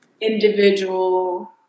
individual